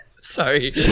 Sorry